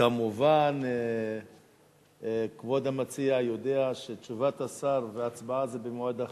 כמובן כבוד המציע יודע שתשובת השר והצבעה במועד אחר.